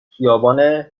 خیابان